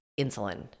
insulin